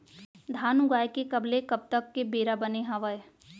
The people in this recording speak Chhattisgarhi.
धान उगाए के कब ले कब तक के बेरा बने हावय?